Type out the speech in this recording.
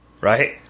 Right